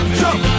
jump